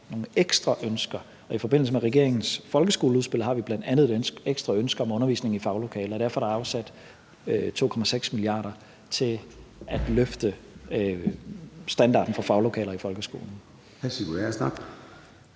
nogle ekstra ønsker. I forbindelse med regeringens folkeskoleudspil har vi bl.a. et ekstra ønske om undervisning i faglokaler, og det er derfor, der er afsat 2,6 mia. kr. til at løfte standarden for faglokaler i folkeskolen.